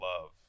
love